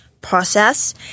process